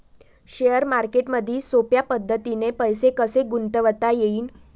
Share मार्केटमधी सोप्या पद्धतीने पैसे कसे गुंतवता येईन?